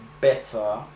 better